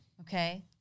Okay